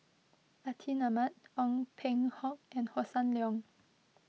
Atin Amat Ong Peng Hock and Hossan Leong